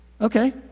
Okay